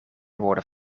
woorden